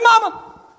mama